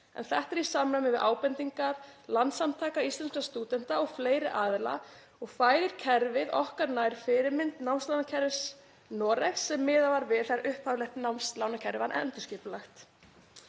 Þetta er í samræmi við ábendingar Landssamtaka íslenskra stúdenta og fleiri aðila og færir kerfið okkar nær fyrirmynd námslánakerfis Noregs sem miðað var við þegar upphaflegt námslánakerfi var endurskipulagt.